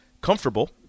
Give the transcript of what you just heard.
comfortable